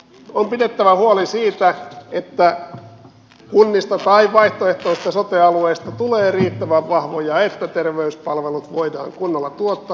on pidettävä huoli siitä että kunnista tai vaihtoehtoisista sote alueista tulee riittävän vahvoja että terveyspalvelut voidaan kunnolla tuottaa